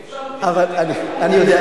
אני יודע.